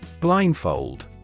Blindfold